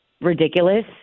ridiculous